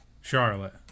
Charlotte